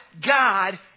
God